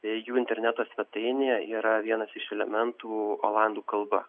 tai jų interneto svetainėje yra vienas iš elementų olandų kalba